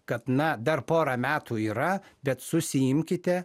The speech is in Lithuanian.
kad na dar pora metų yra bet susiimkite